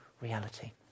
reality